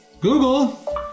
Google